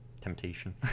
temptation